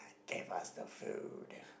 give us the food